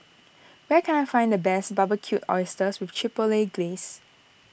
where can I find the best Barbecued Oysters with Chipotle Glaze